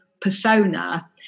persona